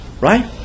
Right